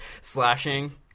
slashing